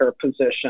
position